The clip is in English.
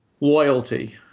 loyalty